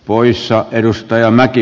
poissa palveluja